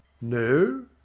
No